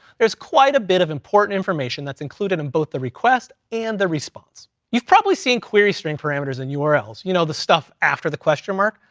there's quite a bit of important information that's included in both the request and the response. you've probably seen query string parameters, and urls. you know, the stuff after the question mark?